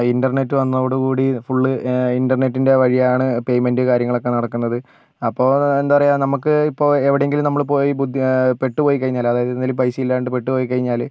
internet വന്നതോടുകൂടി full ഇൻ്റെർനെറ്റിൻ്റെ വഴിയാണ് പേയ്മെൻ്റ് കാര്യങ്ങളൊക്കെ നടക്കുന്നത് അപ്പോൾ എന്താ പറയാ നമുക്ക് ഇപ്പോൾ എവിടെയെങ്കിലും നമ്മൾ പോയി പെട്ടുപോയിക്കഴിഞ്ഞാൽ അതായത് എന്തേലും പൈസ ഇല്ലാണ്ട് പെട്ടുപോയിക്കഴിഞ്ഞാൽ